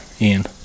Ian